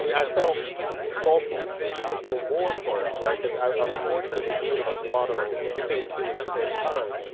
and i felt salty even for more folks because i was fortunate that me and um eduardo came through at the same time,